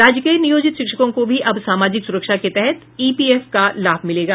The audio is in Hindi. राज्य के नियोजित शिक्षकों को भी अब सामाजिक सुरक्षा के तहत ईपीएफ का लाभ मिलेगा